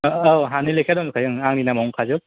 औ औ हानि लेखाया दंजोबखायो ओं आंनि नामावनो खाजोब